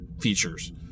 features